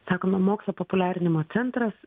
sakome mokslo populiarinimo centras